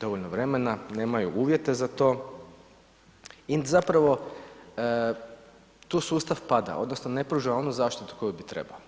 dovoljno vremena, nemaju uvjete za to i zapravo tu sustav pada odnosno ne pruža onu zaštitu koju bi trebao.